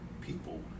people